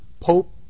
Pope